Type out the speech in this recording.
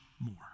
more